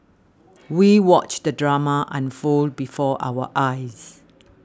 we watched the drama unfold before our eyes